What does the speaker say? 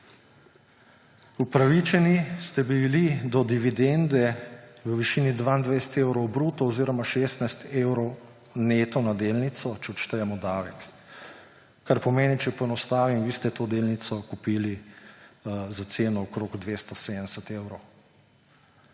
Upravičeni ste bili do dividende v višini 22 evrov bruto oziroma 16 evrov neto na delnico, če odštejemo davek. Kar pomeni, če poenostavim, vi ste to delnico kupili za ceno okrog 270